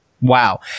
Wow